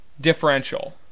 differential